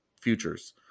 futures